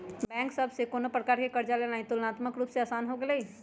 अब बैंक सभ से कोनो प्रकार कें कर्जा लेनाइ तुलनात्मक रूप से असान हो गेलइ